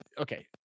okay